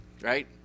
right